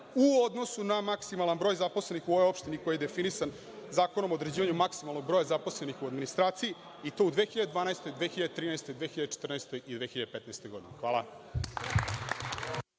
u odnosu na maksimalan broj zaposlenih u ovoj opštini koji je definisa Zakonom o određivanju maksimalnog broja zaposlenih u administraciji i to u 2012, 2013, 2014. i 2015. godini? Hvala.